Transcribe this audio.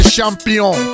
Champion